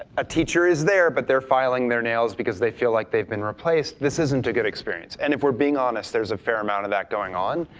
a teacher is there, but they're filing their nails because they feel like they've been replaced. this isn't a good experience, and if we're being honest there's a fair amount of that going on.